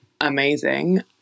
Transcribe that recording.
amazing